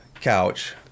couch